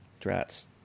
Drats